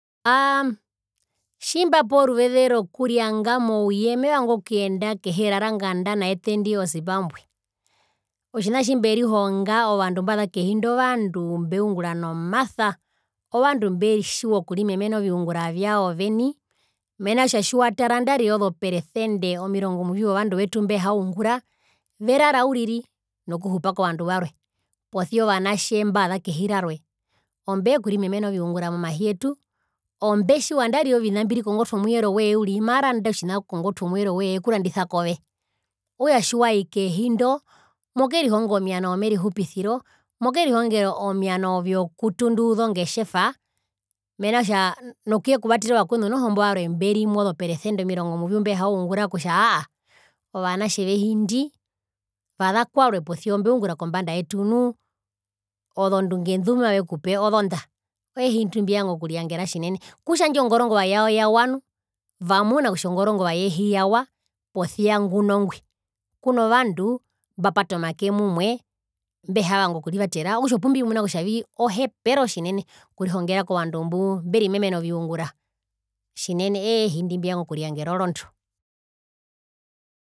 Aaa tjimbapewa oruveze rokuringa kouye mevanga okuyenda kehi eraranganda naete ndi o zimbambwe otjina tjimberihonga ovandu mbaza kehindo ovandu mbeungura nomasa ovandu mbetjiwa okurimemena oviungura vyao oveni mena rotja tjiwataara nandarire ozo peresende zovandu vetu mbahaungura verara uiri nokuhupa kovandu varwe posia ovanatje mbaza kehi rarwe ombekurimemena oviungura mehi retu ombetjiwa nangarire andarire ovina mbiri kongotwe muvero wondjiwo yoye uriri maranda otjina kongotwe omuvero woye eekurandisa kove okutja tjiwai kehindo mokerihonga omiano vyomerihupisiro mokerihonga omiano vio kutunduuza ongetjeva mena atja nokyekuvatera ovakwenu noho imbo varwe mberimwi ozo peresende omirongo muvyu mbehaungura kutja haa aa ovanatje vehindi vaza kwarwe posia ombeungura kombanda yetu nu ozondunge ndumavekupe ozonda ehi ndimbivanga okuriangera tjinene kutja ndjo ngorongova yao yawa nu vamuna kutja ongorongova yehi yawa posia nguno ngwi kuno vandu mbapata omake mumwe mbehavanga okurivatera okutja opumbimuna kutjavii ohepero tjinene okurihongera kovandu mbuu mberimenmena oviungura tjinene eehi ndimbivanga okuriangera orondo.